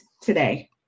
today